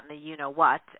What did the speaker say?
you-know-what